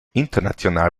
international